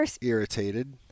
irritated